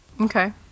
Okay